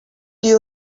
you